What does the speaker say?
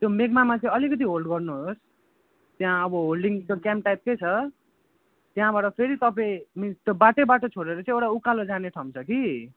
त्यो मेघमामा चाहिँ अलिकति होल्ड गर्नुहोस् त्यहाँ अब होल्डिङ त्यो क्याम्प टाइपकै छ त्यहाँबाट फेरि तपाईँ मिन्स त्यो बाटैबाटो छोडेर चाहिँ एउटा उकालो जाने ठाउँ छ कि